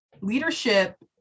leadership